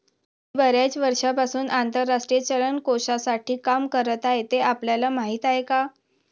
मी बर्याच वर्षांपासून आंतरराष्ट्रीय चलन कोशासाठी काम करत आहे, ते आपल्याला माहीत आहे का?